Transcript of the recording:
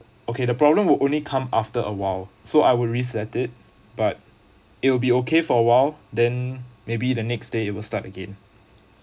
okay the problem would only come after awhile so I'll reset it but it will be okay for awhile then maybe the next day it will start again